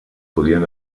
podien